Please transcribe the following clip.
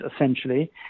essentially